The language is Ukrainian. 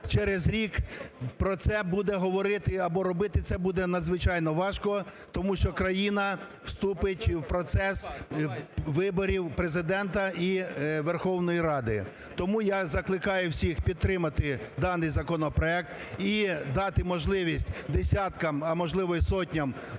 через рік про це буде говорити, або робити це буде надзвичайно важко, тому що країна вступить в процес виборів Президента і Верховної Ради. Тому я закликаю всіх підтримати даний законопроект і дати можливість десяткам, а можливо і сотням